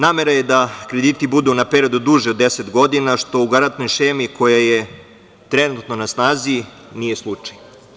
Namera je da krediti budu na period duže od 10 godina, što u garantnoj šemi koja je trenutno na snazi nije slučaj.